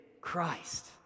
Christ